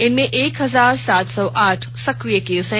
इनमें एक हजार सात सौ आठ सक्रिय केस हैं